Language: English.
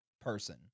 person